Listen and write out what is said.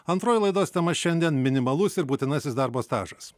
antroji laidos tema šiandien minimalus ir būtinasis darbo stažas